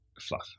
fluff